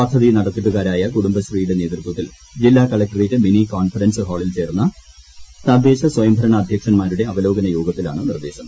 പദ്ധതി നടത്തിപ്പുകാരായ കുടുംബശ്രീയുടെ നേതൃത്വത്തിൽ ജില്ലാ കളക്ടറേറ്റ് മിനി കോൺഫറൻസ് ഹാളിൽ ചേർന്ന തദ്ദേശ സ്വയംഭരണ അധ്യക്ഷൻമാരുടെ അവലോകന യോഗത്തിലാണ് നിർദേശം